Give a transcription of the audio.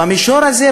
במישור הזה,